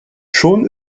schon